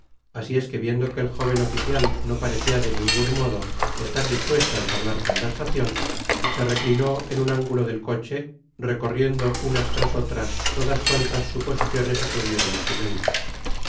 asi es que viendo que el jóven oficial no parecia de ningun modo estar dispuesto á entablar conversacion se reclinó en un ángulo del coche recorriendo unas tras otias todas cuan las suposiciones acudieron á su mente